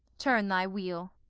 turn thy wheel.